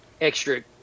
extra